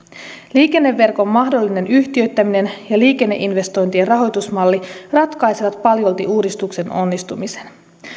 liikenneverkon mahdollinen yhtiöittäminen ja liikenneinvestointien rahoitusmalli ratkaisevat paljolti uudistuksen onnistumisen